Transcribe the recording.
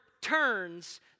turns